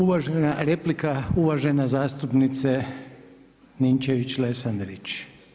Uvažena replika, uvažena zastupnice Ninčević-Lesandrić.